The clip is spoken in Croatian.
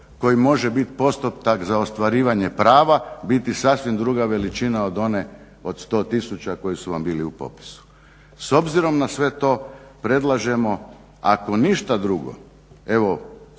koji može biti postotak za ostvarivanje prava biti sasvim druga veličina od one od 100 tisuća koji su vam bili u popisu. S obzirom na sve to predlažemo ako ništa drugo evo